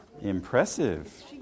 impressive